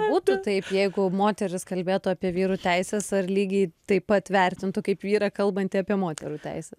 būtų taip jeigu moteris kalbėtų apie vyrų teises ar lygiai taip pat vertintų kaip vyrą kalbantį apie moterų teises